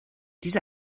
diese